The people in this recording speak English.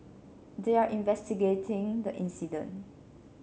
they are investigating the incident